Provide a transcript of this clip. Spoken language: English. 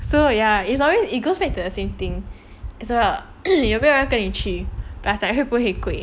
so ya it's always it goes back to the same thing it's a 有没有人跟你去 plus like 会不会贵